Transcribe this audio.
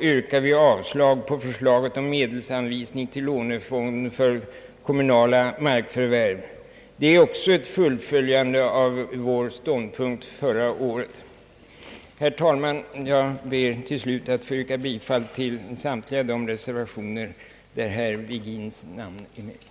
yrkar vi avslag på förslaget om medelsanvisning till lånefonden för kommunala markförvärv. Det är också ett fullföljande av vår ståndpunkt från föregående år. Herr talman! Jag ber att till slut få yrka bifall till samtliga de reservationer där herr Virgins namn finns med.